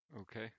Okay